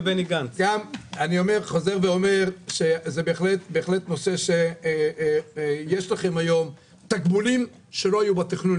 אני חוזר ואומר שזה בהחלט נושא יש לכם היום תגמולים שלא היו בתכנון.